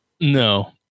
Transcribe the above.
No